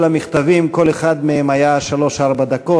כל המכתבים, כל אחד מהם היה שלוש, ארבע דקות.